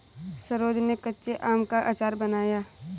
सरोज ने कच्चे आम का अचार बनाया